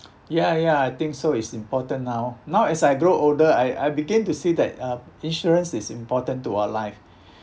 ya ya I think so it's important now now as I grow older I I begin to see that uh insurance is important to our life